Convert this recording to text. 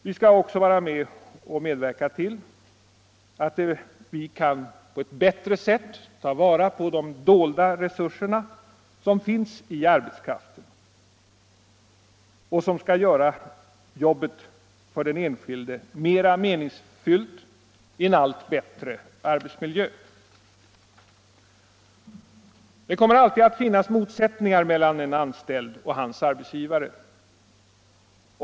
Vi vill också medverka till att vi på ett bättre sätt kan ta till vara de dolda resurser som finns i arbetskraften och som för den enskilde skall göra jobbet mera meningsfyllt i en allt bättre arbetsmiljö. ”Det kommer alltid att finnas motsättningar mellan en anställd och hans arbetsgivare.